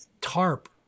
TARP